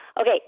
Okay